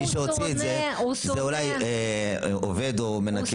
מי שהוציא את זה, זה אולי עובד או מנקה.